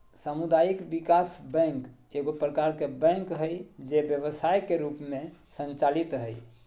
सामुदायिक विकास बैंक एगो प्रकार के बैंक हइ जे व्यवसाय के रूप में संचालित हइ